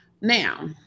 Now